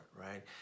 right